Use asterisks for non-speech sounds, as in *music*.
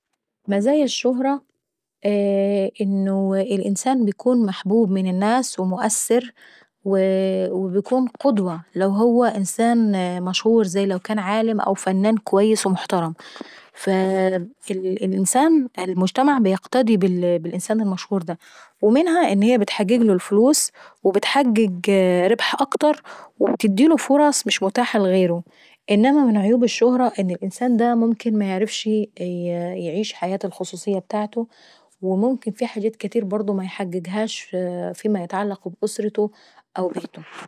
*noise* مزايا الشهرة اييه انه الانسان بيكون محبوب من الناس ومؤثر وبيكون قدوة لو هو انسان ومشهور زي لو كان عالم او فنان قدوة ومحترم فالانسان المجتمع بيقتدي بالمجتمع المشهور دا. ومنها ان هي بتحققله افلوس وبتحقق ربح اكتروبتديله فرص مش متاحة لغيره. انما من عيوب الشهرة ان الانسان دا ممكن ميعرفشي ايعيش حياة الخصوصية ابتاعته وممكن في حاجات كاتيرة ميحققهاش فيما يتعلق بأسرته، او بيته..